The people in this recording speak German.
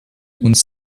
uns